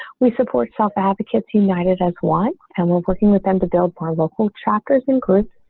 we support self advocates united as one and we're working with them to build our local trackers and group.